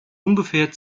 ungefähr